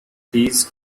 these